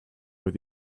with